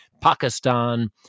Pakistan